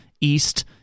east